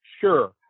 Sure